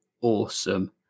awesome